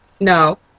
No